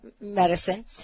medicine